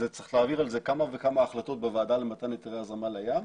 צריך להעביר על זה כמה וכמה החלטות בוועדה למתן היתרי הזרמה לים,